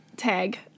Tag